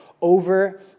over